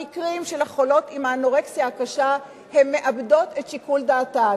במקרים של החולות באנורקסיה קשה הן מאבדות את שיקול דעתן.